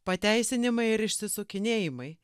pateisinimai ir išsisukinėjimai